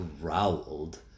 growled